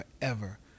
forever